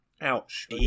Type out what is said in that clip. Ouch